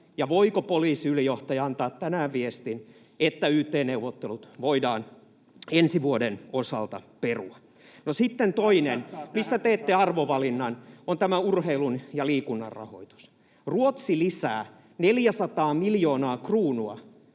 ja voiko poliisiylijohtaja antaa tänään viestin, että yt-neuvottelut voidaan ensi vuoden osalta perua? [Ben Zyskowicz: Vastatkaa tähän!] No sitten toinen, missä teette arvovalinnan, on tämä urheilun ja liikunnan rahoitus. Ruotsi lisää 400 miljoonaa kruunua